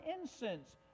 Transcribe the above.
incense